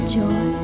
joy